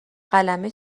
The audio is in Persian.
قلمه